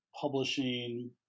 publishing